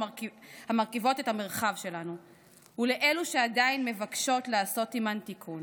המרכיבות את המרחב שלנו ושל אלו שעדיין מבקשות לעשות עימן תיקון.